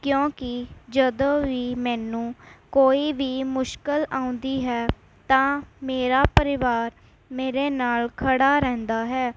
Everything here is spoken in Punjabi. ਕਿਉਂਕਿ ਜਦੋਂ ਵੀ ਮੈਨੂੰ ਕੋਈ ਵੀ ਮੁਸ਼ਕਲ ਆਉਂਦੀ ਹੈ ਤਾਂ ਮੇਰਾ ਪਰਿਵਾਰ ਮੇਰੇ ਨਾਲ਼ ਖੜ੍ਹਾ ਰਹਿੰਦਾ ਹੈ